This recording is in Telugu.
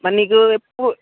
మరి నీకు ఎప్పు